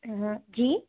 जी